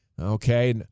Okay